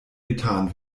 getan